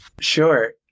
Sure